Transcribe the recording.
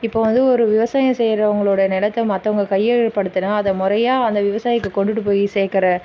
இப்போ வந்து ஒரு விவசாயம் செய்றவங்களோடைய நிலத்த மற்றவங்க கையகப்படுத்துனா அதை மொறையாக அந்த விவசாயிக்கு கொண்டுகிட்டு போய் சேர்க்குற